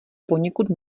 poněkud